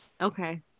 Okay